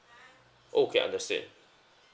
okay understand